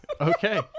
Okay